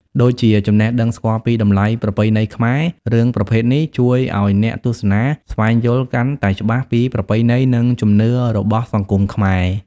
ដូចជា ចំណេះដឹងស្គាល់ពីតម្លៃប្រពៃណីខ្មែរ រឿងប្រភេទនេះជួយឱ្យអ្នកទស្សនាស្វែងយល់កាន់តែច្បាស់ពីប្រពៃណី និងជំនឿរបស់សង្គមខ្មែរ។